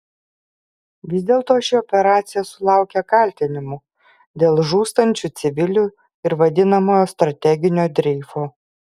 vis dėlto ši operacija sulaukia kaltinimų dėl žūstančių civilių ir vadinamojo strateginio dreifo